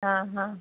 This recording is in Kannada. ಹಾಂ ಹಾಂ